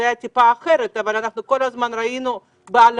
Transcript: זה היה מעט אחרת אבל אנחנו כל הזמן ראינו באלפים.